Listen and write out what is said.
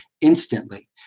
instantly